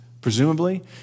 presumably